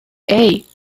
hey